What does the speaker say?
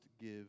give